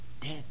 dead